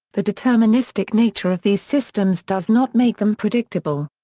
the deterministic nature of these systems does not make them predictable.